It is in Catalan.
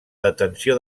detenció